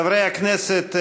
חברי הכנסת,